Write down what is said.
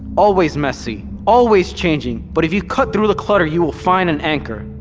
always messy, always changing but if you cut through the clutter you will find an anchor.